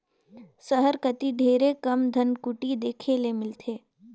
सहर कती ढेरे कम धनकुट्टी देखे ले मिलथे